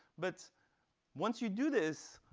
but once you do this,